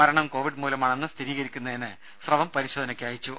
മരണം കോവിഡ് മൂലമാണെന്ന് സ്ഥിരീകരിക്കുന്നതിന് സ്രവം പരിശോധനയ്ക്ക് അയച്ചു